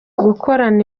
gukorana